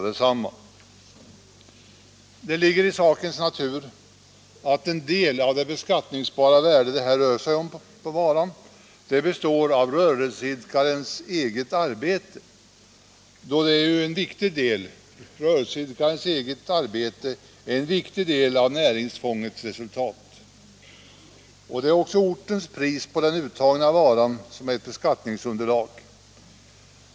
Det ligger i sakens natur att en del av det beskattningsbara värdet på varan består av rörelseidkarens eget arbete, då ju detta är en viktig del av näringsfångets resultat. Det är alltså ortens pris på den uttagna varan som är beskattningsunderlag.